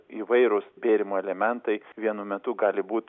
įvairūs bėrimo elementai vienu metu gali būt